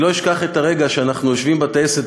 אני לא אשכח את הרגע שאנחנו יושבים בטייסת